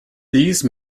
these